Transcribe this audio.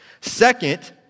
Second